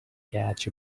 catch